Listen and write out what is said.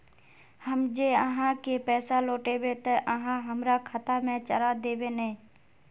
हम जे आहाँ के पैसा लौटैबे ते आहाँ हमरा खाता में चढ़ा देबे नय?